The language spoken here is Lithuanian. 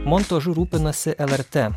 montažu rūpinasi lrt